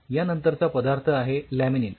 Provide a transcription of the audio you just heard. यानंतरचा पदार्थ आहे लॅमिनीन